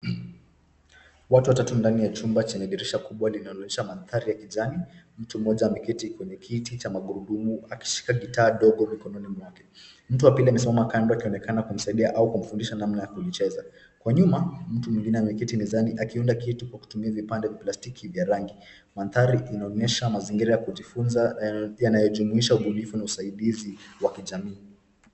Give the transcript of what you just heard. Watu watatu ndani ya chumba chenye dirisha kubwa linaloonyesha mandhari ya kijani. Mtu mmoja ameketi kwenye kiti cha magurudumu, akishika gitaa ndogo mikononi mwake. Mtu wa pili amesimama kando akionekana kumsaidia au kumfundisha namma ya kuicheza. Kwa nyuma, mtu mwingine ameketi mezani akiunda kitu kwa kutumia vipande vya plastiki vya rangi. Mandhari inaonyesha mazingira ya kujifunza, yanayojumuisha ubunifu na usaidizi wa kijamii.